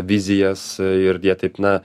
vizijas ir jie taip na